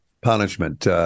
punishment